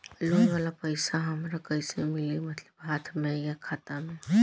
Loan वाला पैसा हमरा कइसे मिली मतलब हाथ में या खाता में?